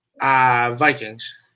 Vikings